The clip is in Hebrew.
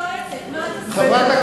מה את עשית כיועצת?